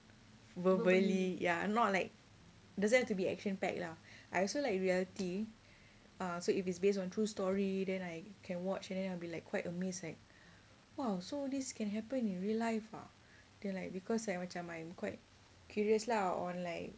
verbally ya not like doesn't have to be action-packed lah I also like reality uh so if it's based on true story then I can watch and then I will be like quite amazed like !wow! so this can happen in real life ah then like because like macam I'm quite curious lah on like